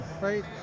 right